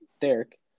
Derek